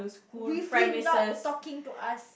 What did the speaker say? with him not talking to us